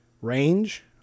range